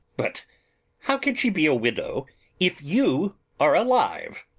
but how can she be a widow if you are alive?